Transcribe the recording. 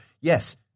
yes